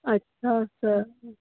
अछा सर